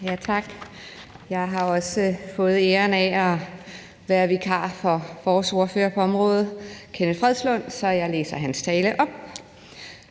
Tak. Jeg har også fået æren af at være vikar for vores ordfører på området, Kenneth Fredslund Petersen, så jeg læser hans tale op.